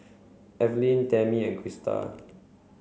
Evelin Tamie and Christa